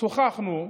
שוחחנו,